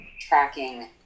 tracking